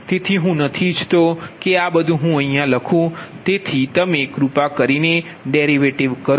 તેથી હું નથી ઇચ્છતો કે આ હુ લખુ તેથી તમે કૃપા કરીને ડેરિવેટિવ કરો